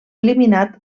eliminat